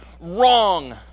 wrong